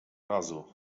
razu